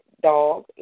dog